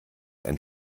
ein